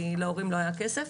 כי להורים לא היה כסף.